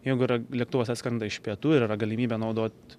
jeigu yra lėktuvas atskrenda iš pietų ir yra galimybė naudot